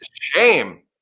Shame